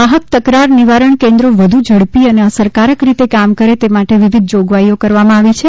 ગ્રાહક તકરાર નિવારણ કેન્દ્રો વધુ ઝડપી અને અસરકારક રીતે કામ કરે તે માટે વિવિધ જોગવાઇઓ કરવામાં આવી છે